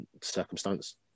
circumstance